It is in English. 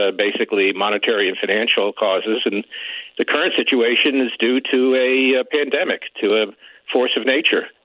ah basically monetary and financial causes and the current situation is due to a ah pandemic, to a force of nature.